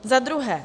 Za druhé.